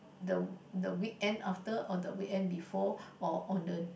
the the weekend after or the weekend before or on the